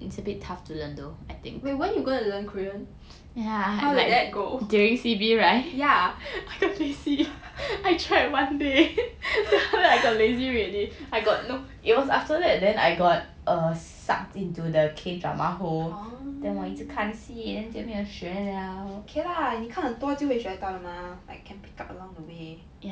wait weren't you going to learn korean how did that go yeah oh okay lah 你看的多就会学得到的嘛 like can pick up along the way oh